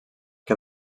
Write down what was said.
que